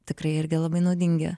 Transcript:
tikrai irgi labai naudingi